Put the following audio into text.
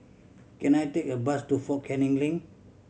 can I take a bus to Fort Canning Link